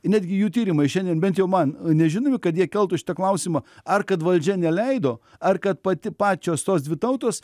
netgi jų tyrimai šiandien bent jau man nežinomi kad jie keltų šitą klausimą ar kad valdžia neleido ar kad pati pačios tos dvi tautos